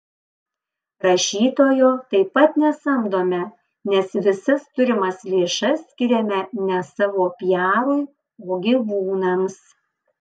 rašytojo taip pat nesamdome nes visas turimas lėšas skiriame ne savo piarui o gyvūnams